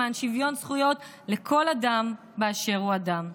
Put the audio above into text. למען שוויון זכויות לכל אדם באשר הוא אדם.